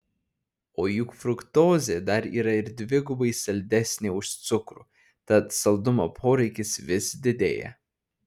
o juk fruktozė dar yra ir dvigubai saldesnė už cukrų tad saldumo poreikis vis didėja